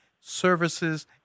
services